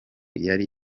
yari